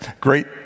Great